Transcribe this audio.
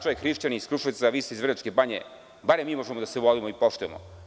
Čovek sam hrišćanin iz Kruševca, vi ste iz Vrnjačke Banje, barem mi možemo da se volimo i poštujemo.